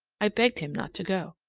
i begged him not to go.